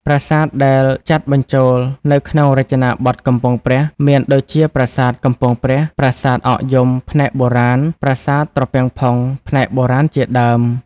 ប្រាសាទដែលចាត់បញ្ចូលនៅក្នុងរចនាប័ទ្មកំពង់ព្រះ មានដូចជាប្រាសាទកំពង់ព្រះ ប្រាសាទអកយំ ផ្នែកបុរាណ ប្រាសាទត្រពាំងផុង ផ្នែកបុរាណ ជាដើម។